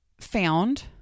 found